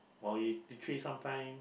or you literally sometime